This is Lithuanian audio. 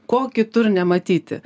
ko kitur nematyti